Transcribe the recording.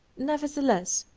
nevertheless,